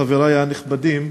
חברי הנכבדים,